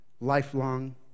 lifelong